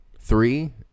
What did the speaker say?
Three